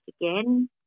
again